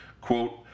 quote